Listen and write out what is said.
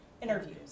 Interviews